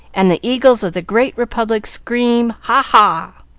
and the eagles of the great republic scream, ha, ha!